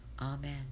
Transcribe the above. Amen